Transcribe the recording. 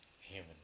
human